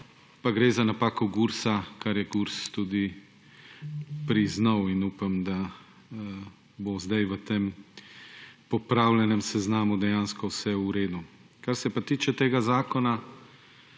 pa gre za napako Gursa, kar je Gurs tudi priznal, in upam, da bo sedaj v tem popravljenem seznamu dejansko vse v redu. Kar se pa tiče tega zakona,